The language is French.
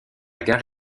gare